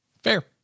Fair